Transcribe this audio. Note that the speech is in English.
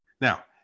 Now